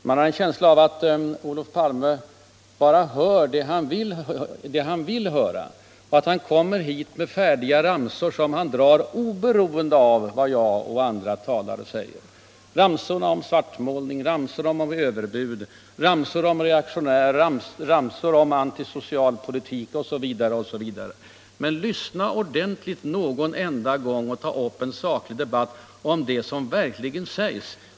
Det verkar som om Olof Palme bara hör det han vill höra, som om han kommer hit med färdiga ramsor som han drar oberoende av vad jag och andra talare säger: ramsor om svartmålning, ramsor om överbud, ramsor om reaktionära idéer, ramsor om antisocial politik osv., osv. Men lyssna ordentligt någon enda gång och ta upp en saklig debatt om det som verkligen sägs!